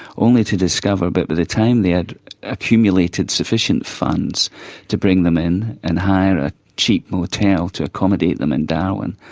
only to discover that but by the time they had accumulated sufficient funds to bring them in and hire a cheap motel to accommodate them in darwin,